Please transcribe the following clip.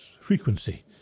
frequency